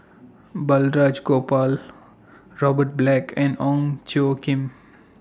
Balraj Gopal Robert Black and Ong Tjoe Kim